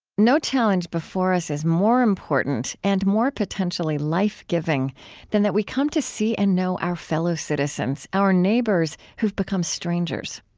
no challenge before us is more important and more potentially life-giving than that we come to see and know our fellow citizens, our neighbors who've become strangers.